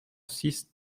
six